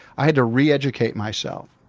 i had to reeducate myself,